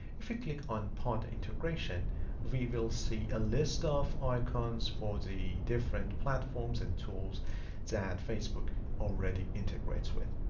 if you click on partner integration, we will see a list of icons for the different platforms and tools that facebook already integrates with.